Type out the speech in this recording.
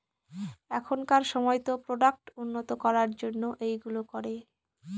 এখনকার সময়তো প্রোডাক্ট উন্নত করার জন্য এইগুলো করে